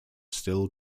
still